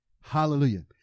Hallelujah